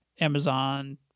Amazon